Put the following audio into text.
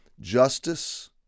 justice